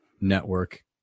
network